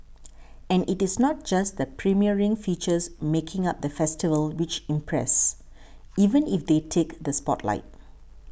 and it is not just the premiering features making up the festival which impress even if they take the spotlight